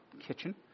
kitchen